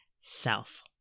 self